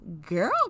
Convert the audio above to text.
girl